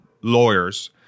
lawyers